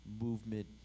movement